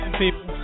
people